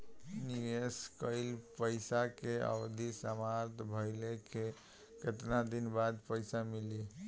निवेश कइल पइसा के अवधि समाप्त भइले के केतना दिन बाद पइसा मिली?